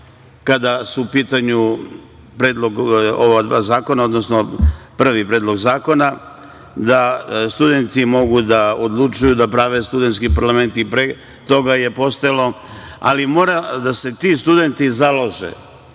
kada su u pitanju ova dva zakona, odnosno prvi predlog zakona. Studenti mogu da odlučuju da prave studentski parlament i pre toga je postojalo, ali mora da se ti studenti založe